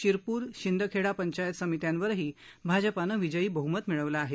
शिरपूर शिंदखेडा पंचायत समित्यांवरही भाजपानं विजयी बह्मत मिळवलं आहे